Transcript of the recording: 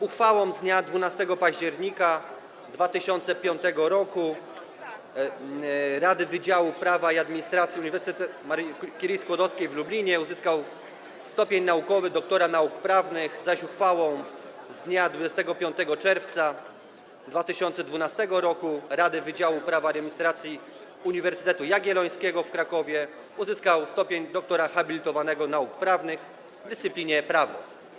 Uchwałą z dnia 12 października 2005 r. Rady Wydziału Prawa i Administracji Uniwersytetu Marii Curie-Skłodowskiej w Lublinie uzyskał stopień naukowy doktora nauk prawnych, zaś uchwałą z dnia 25 czerwca 2012 r. Rady Wydziału Prawa i Administracji Uniwersytetu Jagiellońskiego w Krakowie uzyskał stopień doktora habilitowanego nauk prawnych w dyscyplinie prawo.